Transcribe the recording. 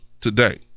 today